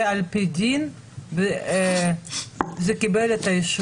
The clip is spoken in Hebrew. זה על פי דין, זה קיבל את האישורים?